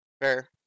fair